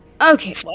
Okay